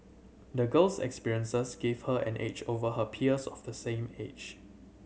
the girl's experiences gave her an edge over her peers of the same age